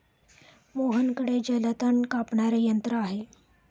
मोहनकडे जलतण कापणारे यंत्र आहे